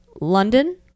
London